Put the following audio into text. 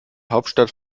hauptstadt